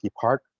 Park